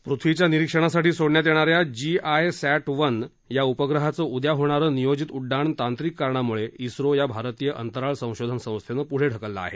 पृथ्वीच्या निरीक्षणासाठी सोडण्यात येणाऱ्या जी आय सॅट वन या उपग्रहाचं उद्या होणारं नियोजित उड्डाण तांत्रिक कारणामुळे झो या भारतीय अंतराळ संशोधन संस्थेनं पुढे ढकललं आहे